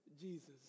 Jesus